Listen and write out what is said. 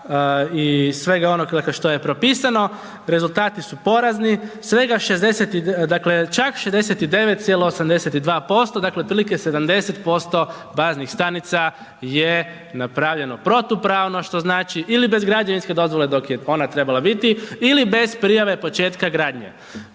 i svega onog dakle što je propisano, rezultati su porazni, dakle 69,82%, dakle otprilike 70% baznih stanica je napravljeno protupravno što znači ili bez građevinske dozvole dok je ona trebala biti ili bez prijave početka gradnje.